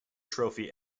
trophy